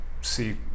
See